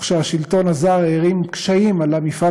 וכשהשלטון הזר הערים קשיים על המפעל